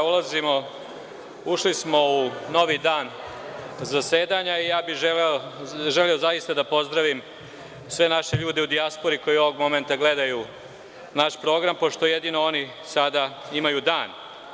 Ušli smo u novi dan zasedanja i ja bih želeo zaista da pozdravim sve naše ljude u dijaspori koji ovog momenta gledaju naš program, pošto jedino oni sada imaju dan.